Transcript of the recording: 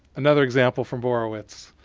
another example from borowitz.